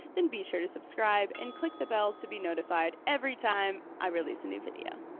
then be sure to subscribe, and click the bell to be notified every time i release a new video.